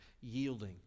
yielding